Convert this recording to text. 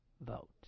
vote